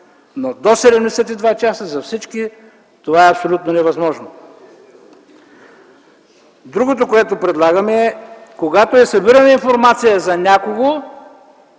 но до 72 часа за всички – това е абсолютно невъзможно. Другото, което предлагаме, е, когато е събирана информацията за някого,